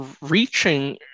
reaching